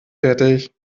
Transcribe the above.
fertig